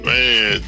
Man